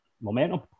momentum